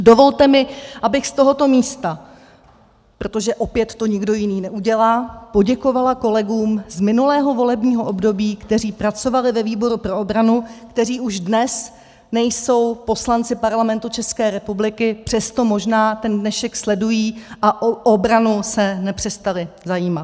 Dovolte mi, abych z tohoto místa, protože to opět nikdo jiný neudělá, poděkovala kolegům z minulého volebního období, kteří pracovali ve výboru pro obranu, kteří už dnes nejsou poslanci Parlamentu České republiky, přesto možná ten dnešek sledují a o obranu se nepřestali zajímat.